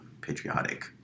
patriotic